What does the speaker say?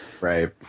Right